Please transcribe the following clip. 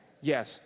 Yes